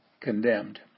condemned